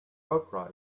opera